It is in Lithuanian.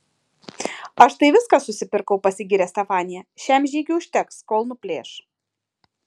aš tai viską susipirkau pasigyrė stefanija šiam žygiui užteks kol nuplėš